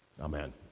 Amen